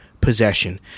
possession